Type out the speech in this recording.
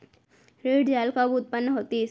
ऋण जाल कब उत्पन्न होतिस?